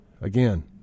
Again